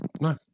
No